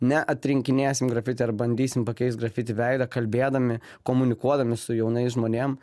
neatrinkinėsim grafiti ar bandysim pakeist grafiti veidą kalbėdami komunikuodami su jaunais žmonėm